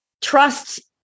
Trust